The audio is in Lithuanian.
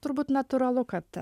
turbūt natūralu kad